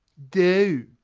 do,